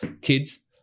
kids